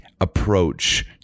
approach